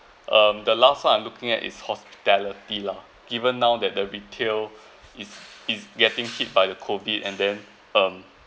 um the last time I'm looking at is hospitality lah given now that the retail is is getting cheap by the COVID and then um